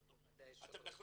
אתם לא